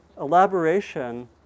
elaboration